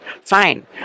Fine